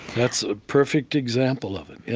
that's a perfect example of it.